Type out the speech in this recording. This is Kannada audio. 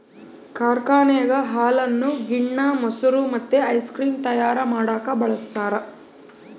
ಕಾರ್ಖಾನೆಗ ಹಾಲನ್ನು ಗಿಣ್ಣ, ಮೊಸರು ಮತ್ತೆ ಐಸ್ ಕ್ರೀಮ್ ತಯಾರ ಮಾಡಕ ಬಳಸ್ತಾರ